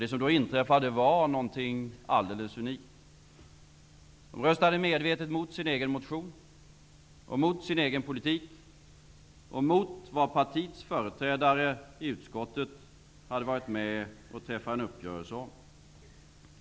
Det som då inträffade var någonting alldeles unikt. Ny demokrati röstade medvetet mot sin egen motion, mot sin egen politik och mot vad partiets företrädare i utskottet hade varit med och träffat en uppgörelse om.